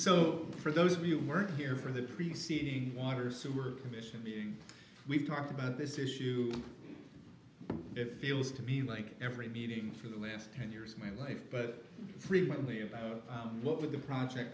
so for those of you who weren't here for the preceding water sewer commission being we've talked about this issue if feels to me like every meeting for the last ten years of my life but frequently about what would the project